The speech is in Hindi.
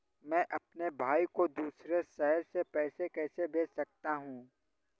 मैं अपने भाई को दूसरे शहर से पैसे कैसे भेज सकता हूँ?